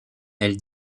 elle